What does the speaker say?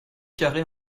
carrée